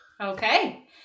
Okay